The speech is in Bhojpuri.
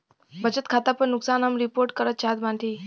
बचत खाता पर नुकसान हम रिपोर्ट करल चाहत बाटी